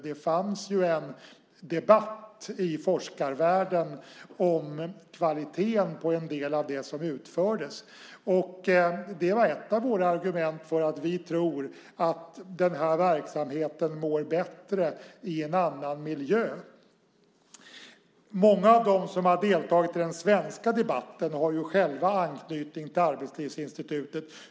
Det fanns en debatt i forskarvärlden om kvaliteten på en del av det som utfördes. Det var ett av våra argument för att den här verksamheten mår bättre i en annan miljö. Många av dem som har deltagit i den svenska debatten har själva anknytning till Arbetslivsinstitutet.